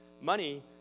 Money